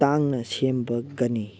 ꯇꯥꯡꯅ ꯁꯦꯝꯕꯒꯅꯤ